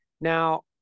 Now